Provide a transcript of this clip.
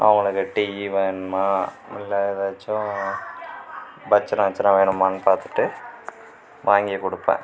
அவங்களுக்கு டி வேணுமா இல்லை எதாச்சும் வச்சிரம் கிச்சரம் வேணுமானு பார்த்துட்டு வாங்கி கொடுப்பேன்